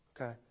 Okay